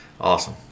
Awesome